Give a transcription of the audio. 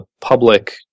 public